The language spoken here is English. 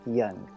young